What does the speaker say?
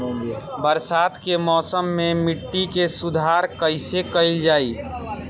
बरसात के मौसम में मिट्टी के सुधार कइसे कइल जाई?